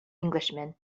englishman